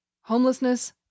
homelessness